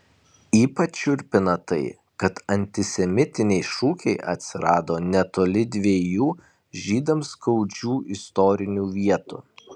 ypač šiurpina tai kad antisemitiniai šūkiai atsirado netoli dviejų žydams skaudžių istorinių vietų